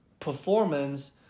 Performance